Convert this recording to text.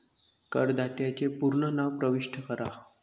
करदात्याचे पूर्ण नाव प्रविष्ट करा